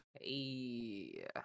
Hey